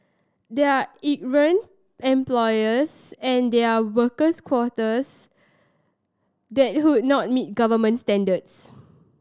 there are errant employers and there are workers quarters that would not meet government standards